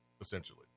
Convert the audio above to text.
essentially